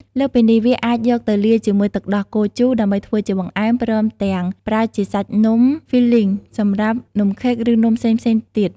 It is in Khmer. លើសពីនេះ វាអាចយកទៅលាយជាមួយទឹកដោះគោជូរដើម្បីធ្វើជាបង្អែម ព្រមទាំងប្រើជាសាច់នំ filling សម្រាប់នំខេក ឬនំផ្សេងៗទៀត។